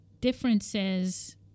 differences